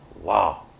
Wow